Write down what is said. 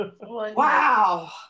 Wow